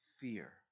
fear